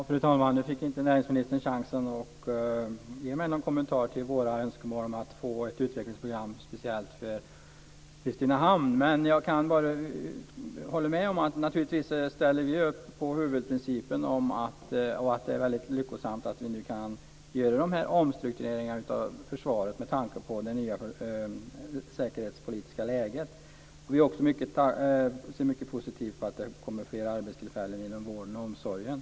Fru talman! Nu fick inte näringsministern chansen att ge mig någon kommentar till våra önskemål om att få ett utvecklingsprogram speciellt för Kristinehamn. Jag håller med om och vi ställer naturligtvis upp på huvudprincipen om att det är väldigt lyckosamt att vi nu kan göra dessa omstruktureringar av försvaret med tanke på det nya säkerhetspolitiska läget. Jag ser också mycket positivt på att det kommer fler arbetstillfällen inom vården och omsorgen.